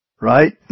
right